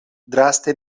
draste